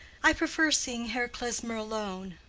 i prefer seeing herr klesmer alone.